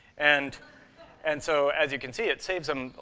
and and so, as you can see, it saves them,